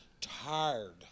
tired